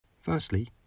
Firstly